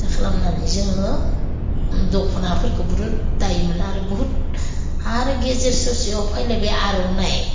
दा खालामनानै जोङो दख'नाफोरखौ ब्रुद दायोमोन आरो बहुथ आरो गेजेर ससेयाव फैलायबाय आर'नाय